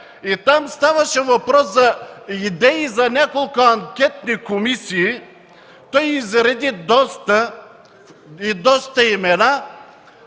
9. Там ставаше въпрос за идеи за няколко анкетни комисии. Той изреди доста и